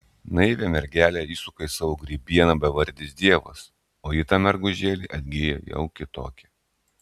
naivią mergelę įsuka į savo grybieną bevardis dievas o ji ta mergužėlė atgyja jau kitokia